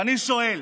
ואני שואל,